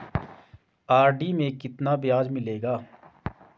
RD में कितना ब्याज मिलेगा?